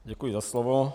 Děkuji za slovo.